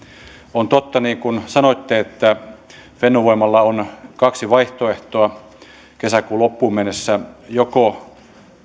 on totta niin kuin sanoitte että fennovoimalla on kaksi vaihtoehtoa kesäkuun loppuun mennessä joko